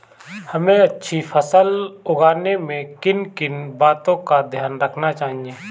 हमें अच्छी फसल उगाने में किन किन बातों का ध्यान रखना चाहिए?